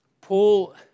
Paul